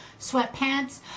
Sweatpants